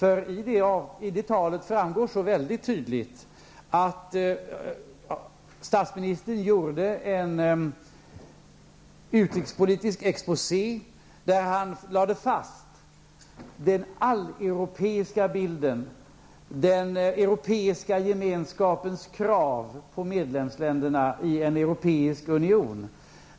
I det talet framgår så väldigt tydligt att statsministern gjorde en utrikespolitisk exposé, där han lade fast den alleuropeiska bilden, den europeiska gemenskapens krav på medlemsländerna i en europeisk union.